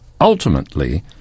Ultimately